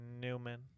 Newman